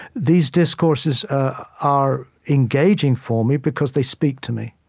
these discourses are engaging for me because they speak to me.